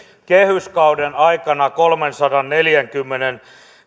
kehyskauden aikana kolmensadanneljänkymmenen